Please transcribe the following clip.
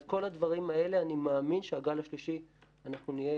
אז אני מאמין שבגל השלישי אנחנו נהיה